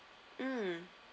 mm